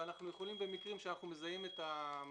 ואנו יכולים במקרים שאנו מזהים את המקום,